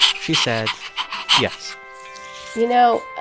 she said yes you know,